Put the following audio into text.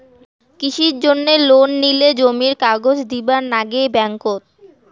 কৃষির জন্যে লোন নিলে কি জমির কাগজ দিবার নাগে ব্যাংক ওত?